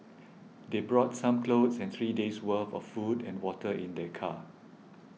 they brought some clothes and three days' worth of food and water in their car